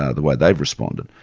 ah the way they've responded,